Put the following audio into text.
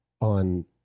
on